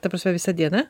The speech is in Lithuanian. ta prasme visa diena